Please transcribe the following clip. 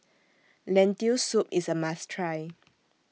Lentil Soup IS A must Try